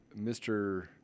Mr